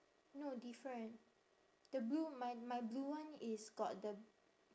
no different the blue my my blue one is got the